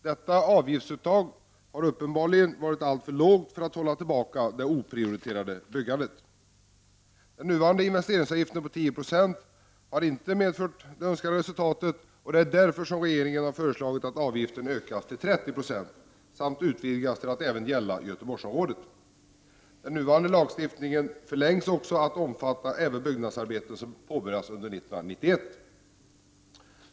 Detta avgiftsuttag har uppenbarligen varit alltför lågt för att hålla tillbaka det oprioriterade byggandet. Den nuvarande investeringsavgiften på 10 96 har inte medfört det önskade resultatet. Därför har regeringen föreslagit att avgiften ökas till 30 96 samt utvidgas till att gälla även Göteborgsområdet. Den nuvarande lagstiftningen förlängs också till att omfatta även byggnadsarbeten som påbörjas under 1991.